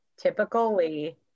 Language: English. typically